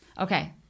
Okay